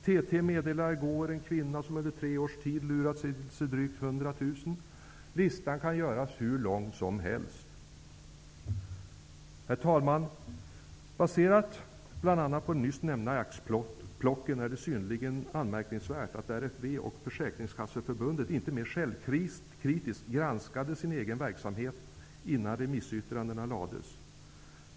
TT meddelade i går om en kvinna som under tre års tid lurat till sig drygt 100 000. Listan kan göras hur lång som helst. Herr talman! Med tanke bl.a. på de nyss nämnda axplocken är det synnerligen anmärkningsvärt att RFV och Försäkringskasseförbundet inte mer självkritiskt granskade sin egen verksamhet innan de lämnade sina remissyttranden.